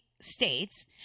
states